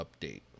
update